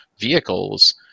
vehicles